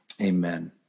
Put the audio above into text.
Amen